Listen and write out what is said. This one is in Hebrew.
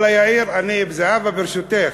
ואללה יאיר, זהבה, ברשותך,